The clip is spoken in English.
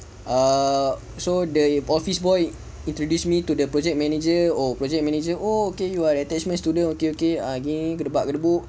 ah so the office boy introduced me to the project manager oh project manager okay you are attachment student okay okay gedebak gedebuk